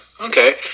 Okay